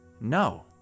No